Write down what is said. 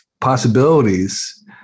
possibilities